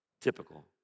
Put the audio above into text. typical